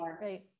Right